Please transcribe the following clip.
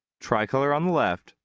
tri-color on the left.